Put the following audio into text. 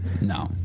No